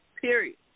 Period